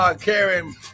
Karen